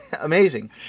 Amazing